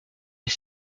est